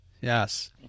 Yes